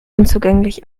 unzugänglich